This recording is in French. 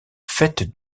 fête